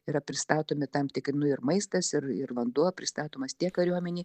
yra pristatomi tam tikri nu ir maistas ir ir vanduo pristatomas tiek kariuomenei